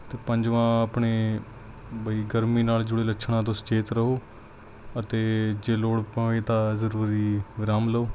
ਅਤੇ ਪੰਜਵਾਂ ਆਪਣੇ ਬਈ ਗਰਮੀ ਨਾਲ ਜੁੜੇ ਲੱਛਣਾਂ ਤੋਂ ਸੁਚੇਤ ਰਹੋ ਅਤੇ ਜੇ ਲੋੜ ਪਵੇ ਤਾਂ ਜ਼ਰੂਰੀ ਅਰਾਮ ਲਓ